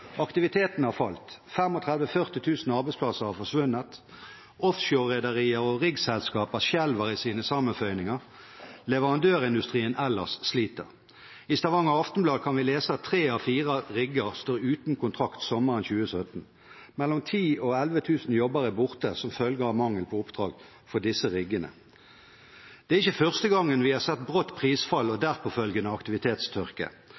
Aktiviteten har falt. 35 000–40 000 arbeidsplasser har forsvunnet. Offshorerederier og riggselskaper skjelver i sine sammenføyninger, og leverandørindustrien ellers sliter. I Stavanger Aftenblad kan vi lese at tre av fire rigger står uten kontrakt sommeren 2017. Mellom 10 000 og 11 000 jobber er borte som følge av mangel på oppdrag for disse riggene. Det er ikke første gang vi har sett brått prisfall og